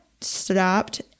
stopped